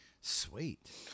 Sweet